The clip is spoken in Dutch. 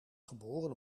geboren